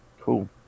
Cool